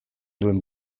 duen